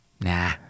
nah